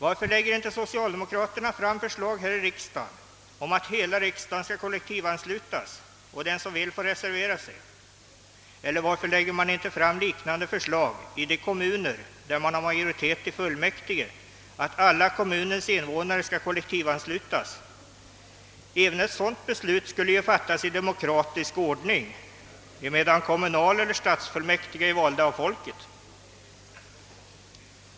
Varför lägger inte socialdemokraterna fram förslag här i riksdagen om att hela riksdagen skall kollektivanslutas och att den som vill får reservera sig, eller varför lägger man inte fram liknande förslag i de kommuner där man har majoritet i fullmäktige, att alla kommunens invånare skall kollektivanslutas? Även ett sådant beslut skulle ju fattas i demokratisk ordning, emedan kommunal — eller stadsfullmäktige är valda av folket!